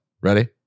Ready